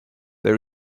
they